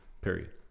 period